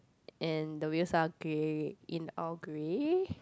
and the wheels are grey in all grey